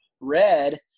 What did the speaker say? red